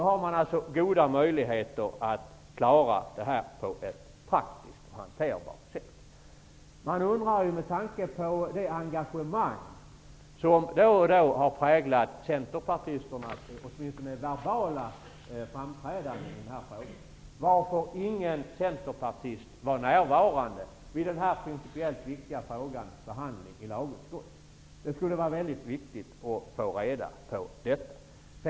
Då har man goda möjligheter att klara detta på ett praktiskt och hanterbart sätt. Med tanke på det engagemang som då och då har präglat centerpartisternas verbala framträdanden i den här frågan, undrar jag varför ingen centerpartist var närvarande vid behandlingen av denna principiellt viktiga fråga i lagutskottet. Det är viktigt att vi får reda på detta.